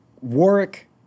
Warwick